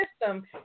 system